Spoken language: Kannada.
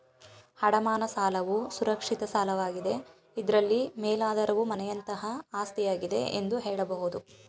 ಅಡಮಾನ ಸಾಲವು ಸುರಕ್ಷಿತ ಸಾಲವಾಗಿದೆ ಇದ್ರಲ್ಲಿ ಮೇಲಾಧಾರವು ಮನೆಯಂತಹ ಆಸ್ತಿಯಾಗಿದೆ ಎಂದು ಹೇಳಬಹುದು